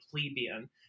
plebeian